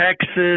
Texas